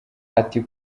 ati